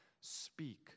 speak